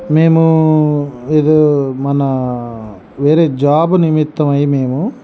మేము మన వేరే జాబ్ నిమిత్తమై మేము